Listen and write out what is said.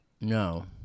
No